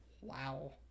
Wow